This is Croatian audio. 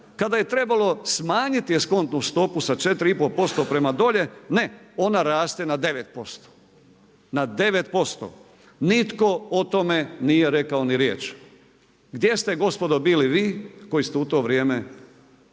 kada je trebalo smanjiti eskontnu stopu sa 4,5% prema dolje, ne, ona raste na 9%. Nitko o tome nije rekao ni riječ. Gdje ste gospodo bili vi koji ste u to vrijeme i